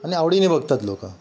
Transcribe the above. आणि आवडीने बघतात लोक